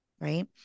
Right